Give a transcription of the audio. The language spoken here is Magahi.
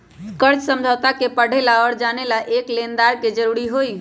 कर्ज समझौता के पढ़े ला और जाने ला एक लेनदार के जरूरी हई